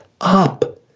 up